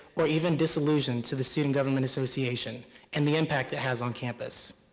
or even disillusioned to the student government association and the impact it has on campus.